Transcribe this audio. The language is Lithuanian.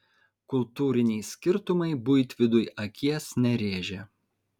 kultūriniai skirtumai buitvidui akies nerėžė